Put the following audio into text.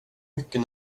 mycket